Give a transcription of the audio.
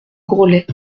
grollet